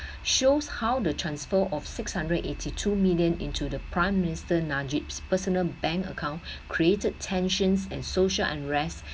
shows how the transfer of six hundred eighty two million into the prime minster najib's personal bank account created tensions and social unrest